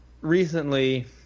recently